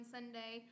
Sunday